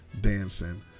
dancing